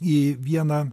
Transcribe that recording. į vieną